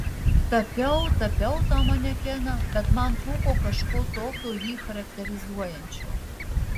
tapiau tapiau tą manekeną bet man trūko kažko tokio jį charakterizuojančio